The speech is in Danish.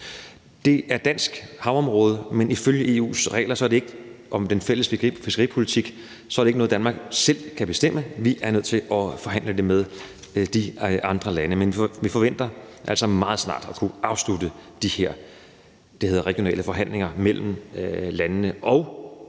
Det er dansk havområde, men ifølge EU's regler om den fælles fiskeripolitik er det ikke noget, Danmark selv kan bestemme. Vi er nødt til at forhandle det med de andre lande. Men vi forventer altså meget snart at kunne afslutte de her regionale forhandlinger mellem landene. Og når